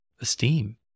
esteem